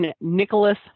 Nicholas